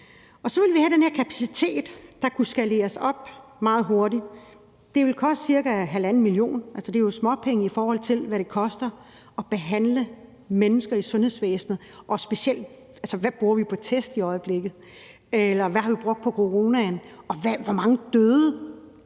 så ville vi have den her kapacitet, der kunne skaleres op meget hurtigt. Det ville koste cirka 1,5 mio. kr. Altså, det er jo småpenge, i forhold til hvad det koster at behandle mennesker i sundhedsvæsenet, og specielt i forhold til hvad vi bruger på test i øjeblikket eller hvad vi har brugt på coronaen. Og hvor mange døde,